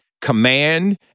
command